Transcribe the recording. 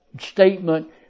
statement